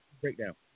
Breakdown